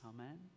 Amen